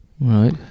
Right